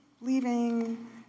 leaving